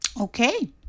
Okay